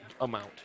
amount